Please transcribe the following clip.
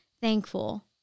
thankful